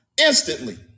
instantly